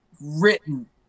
written